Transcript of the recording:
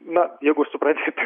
na jeigu suprasite